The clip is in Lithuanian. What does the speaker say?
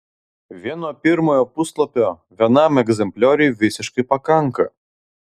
vieno pirmojo puslapio vienam egzemplioriui visiškai pakanka